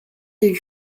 est